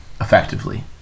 effectively